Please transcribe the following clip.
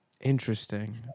Interesting